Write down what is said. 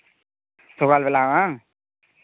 ᱥᱚᱠᱟᱞ ᱵᱮᱞᱟ ᱵᱟᱝ